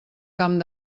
camp